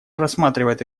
рассматривает